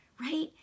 right